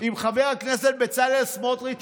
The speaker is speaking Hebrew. עם חבר הכנסת בצלאל סמוטריץ',